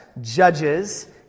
judges